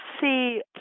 see